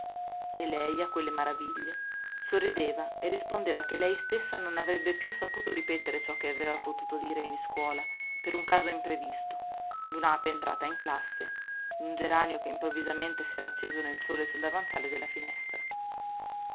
e lei a quelle loro maraviglie sorrideva e rispondeva che lei stessa non avrebbe più saputo ripetere ciò che aveva potuto dire in iscuola per un caso imprevisto d'un'ape entrata in classe d'un geranio che improvvisamente s'era acceso nel sole sul davanzale della finestra